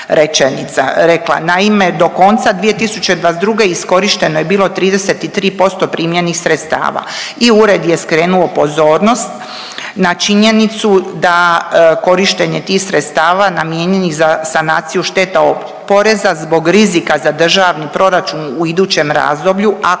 Naime, do konca 2022. iskorišteno je bilo 33% primljenih sredstava. I ured je skrenuo pozornost na činjenicu da korištenje tih sredstava namijenjenih za sanaciju šteta od poreza zbog rizika za državni proračun u idućem razdoblju